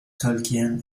tolkien